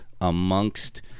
amongst